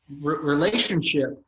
relationship